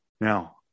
Now